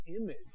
image